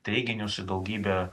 teiginius į daugybę